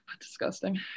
disgusting